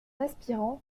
aspirant